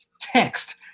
text